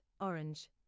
orange